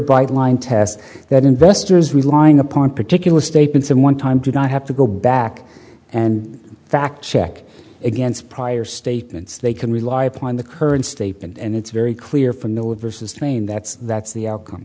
bright line test that investors relying upon particular statements in one time do not have to go back and fact check against prior statements they can rely upon the current statement and it's very clear from the reverses train that's that's the outcome